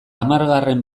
hamargarren